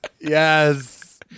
Yes